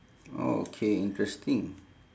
okay interesting